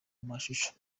mashusho